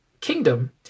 Kingdom